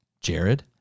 Jared